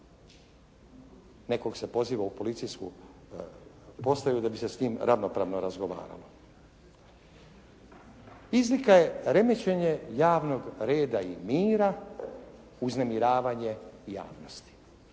Nekog se poziva u policijsku postaju da bi se s njim ravnopravno razgovaralo. Izlika je remećenje javnog reda i mira, uznemiravanje javnosti.